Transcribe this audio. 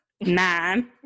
nine